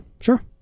Sure